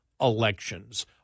elections